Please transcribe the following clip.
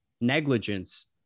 negligence